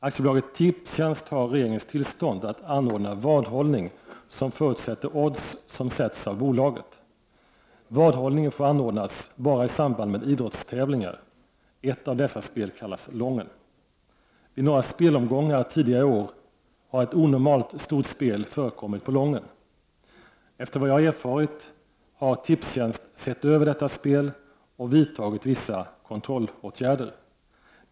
AB Tipstjänst har regeringens tillstånd att anordna vadhållning som förutsätter odds som sätts av bolaget. Vadhållningen får anordnas endast i samband med idrottstävlingar. Ett av dessa spel kallas Lången. Vid några spelomgångar tidigare i år har ett onormalt stort spel förekommit på Lången. Efter vad jag erfarit har Tipstjänst sett över detta spel och vidtagit vissa kontrollåtgärder.